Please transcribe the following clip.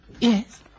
Yes